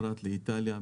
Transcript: פרט לאיטליה,